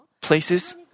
places